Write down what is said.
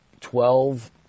twelve